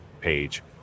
page